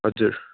हजुर